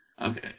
Okay